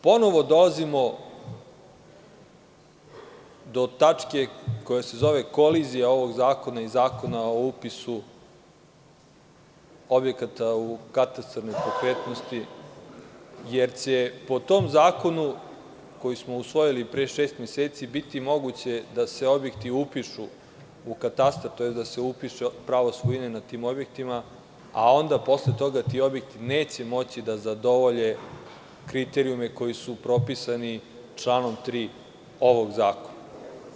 Ponovo dolazimo do tačke koja se zove kolizija ovog zakona i Zakona o upisu objekata u katastar nepokretnosti, jer će, po tom zakonu koji smo usvojili pre šest meseci, biti moguće da se objekti upišu u katastar, tj. da se upiše pravo svojine nad tim objektima, a onda posle toga ti objekti neće moći da zadovolje kriterijumekoji su propisani članom 3. ovog zakona.